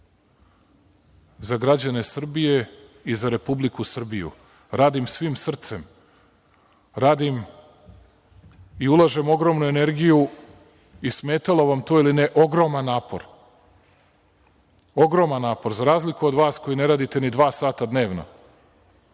za građane Srbije i za Republiku Srbiju. Radim svim srcem. Radim i ulažem ogromnu energiju i smetalo vam to ili ne, ogroman napor, ogroman napor, za razliku od vas koji ne radite ni dva sata dnevno.